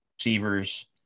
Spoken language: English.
receivers